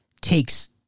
takes